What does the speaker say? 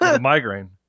migraine